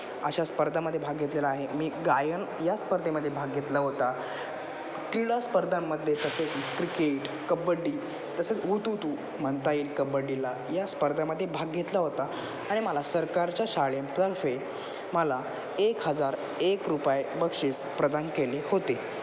अशा स्पर्धामध्ये भाग घेतलेला आहे मी गायन या स्पर्धेमध्ये भाग घेतला होता क्रीडा स्पर्धांमध्ये तसेच क्रिकेट कबड्डी तसेच हुतूतू म्हणता येईल कबड्डीला या स्पर्धामध्ये भाग घेतला होता आणि मला सरकारच्या शाळेतर्फे मला एक हजार एक रुपये बक्षीस प्रदान केले होते